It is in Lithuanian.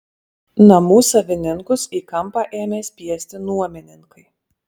namų savininkus į kampą ėmė spiesti nuomininkai